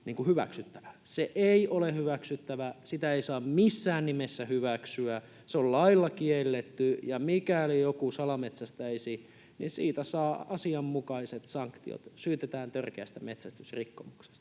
Se ei ole hyväksyttävää. Sitä ei saa missään nimessä hyväksyä. Se on lailla kielletty, ja mikäli joku salametsästäisi, niin siitä saisi asianmukaiset sanktiot, syytettäisiin törkeästä metsästysrikkomuksesta.